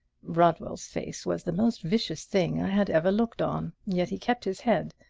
rodwells face was the most vicious thing i had ever looked on yet he kept his head.